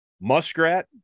Muskrat